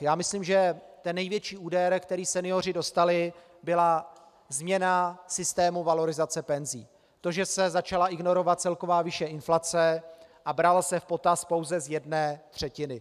Já myslím, že největší úder, který senioři dostali, byla změna systému valorizace penzí, to, že se začala ignorovat celková výše inflace a brala se v potaz pouze z jedné třetiny.